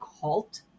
cult